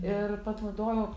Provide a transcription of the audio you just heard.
ir panaudojau